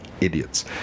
idiots